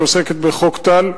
שעוסקת בחוק טל.